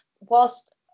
whilst